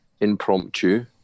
impromptu